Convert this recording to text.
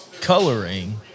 coloring